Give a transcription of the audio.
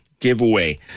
giveaway